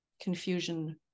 confusion